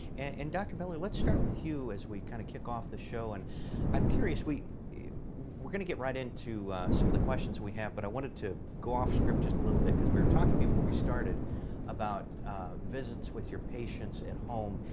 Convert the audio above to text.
and dr. miller, let's start with you as we kind of kick off the show. and i'm curious we're going to get right into some of the questions we have. but i wanted to go off script just a little bit because we were talking before we started about visits with your patients at home.